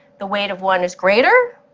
the weight of one is greater,